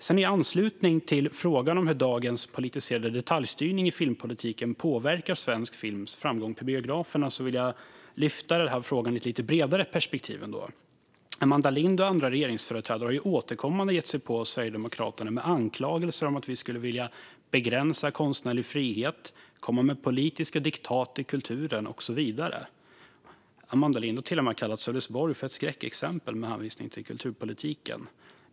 I anslutning till frågan om hur dagens politiserade detaljstyrning i filmpolitiken påverkar svensk films framgång på biograferna vill jag lyfta frågan ur ett lite bredare perspektiv. Amanda Lind och andra regeringsföreträdare har återkommande gett sig på Sverigedemokraterna med anklagelser om att vi skulle vilja begränsa konstnärlig frihet, komma med politiska diktat i kulturen och så vidare. Amanda Lind har till och med kallat Sölvesborg för ett skräckexempel med hänvisning till kulturpolitiken.